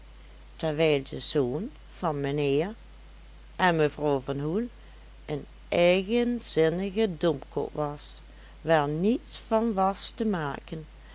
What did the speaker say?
terwijl de zoon van mijnheer en mevrouw van hoel een eigenzinnige domkop was waar niets van was te maken